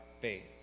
faith